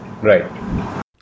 Right